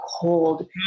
cold